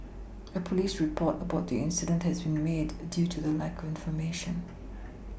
a police report about the incident has been made due to the lack of information